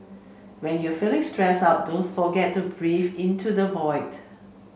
when you are feeling stressed out don't forget to breathe into the void